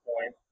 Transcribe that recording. point